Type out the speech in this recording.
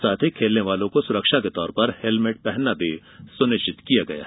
साथ ही खेलने वालों को सुरक्षा के तौर पर हेलमेट पहनना भी सुनिश्चित किया गया है